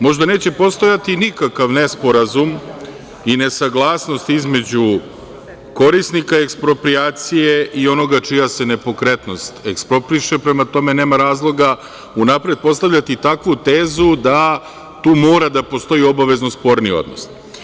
Možda neće postojati nikakav nesporazum i nesaglasnost između korisnika eksproprijacije i onoga čija se nepokretnost ekspropriše, prema tome nema razloga unapred postavljati takvu tezu da tu mora da postoji obavezno sporni odnos.